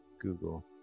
Google